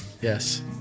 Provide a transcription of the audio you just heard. Yes